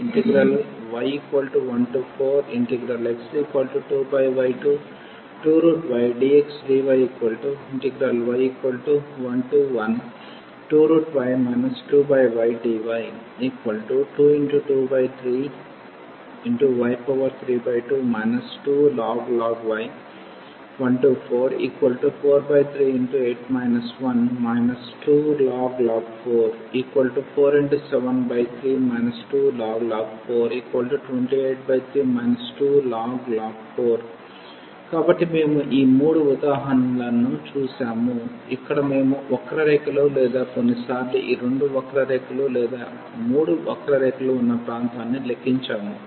y14x2y2ydxdyy112y 2ydy 2×23 y32 2ln y 14438 1 2ln 4 4×73 2ln 4 283 2ln 4 కాబట్టి మేము ఈ 3 ఉదాహరణలను చూశాము ఇక్కడ మేము వక్ర రేఖలు లేదా కొన్నిసార్లు ఈ రెండు వక్ర రేఖలు లేదా మూడు వక్రరేఖలు ఉన్న ప్రాంతాన్ని లెక్కించాము